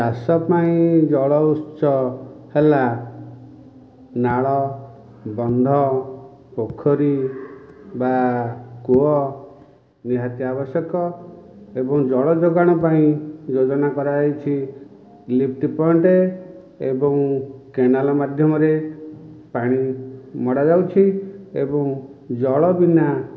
ଚାଷ ପାଇଁ ଜଳ ଉତ୍ସ ହେଲା ନାଳ ବନ୍ଧ ପୋଖରୀ ବା କୂଅ ନିହାତି ଆବଶ୍ୟକ ଏବଂ ଜଳ ଯୋଗାଣ ପାଇଁ ଯୋଜନା କରାଯାଇଛି ଲିଫ୍ଟ ପଏଣ୍ଟ୍ ଏବଂ କେନାଲ୍ ମାଧ୍ୟମରେ ପାଣି ମଡ଼ାଯାଉଛି ଏବଂ ଜଳ ବିନା